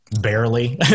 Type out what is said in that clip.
barely